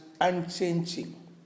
unchanging